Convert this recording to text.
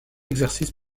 exercice